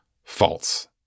False